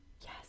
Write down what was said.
Yes